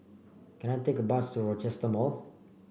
can I take a bus to Rochester Mall